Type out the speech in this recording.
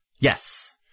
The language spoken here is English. Yes